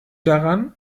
daran